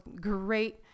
great